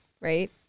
right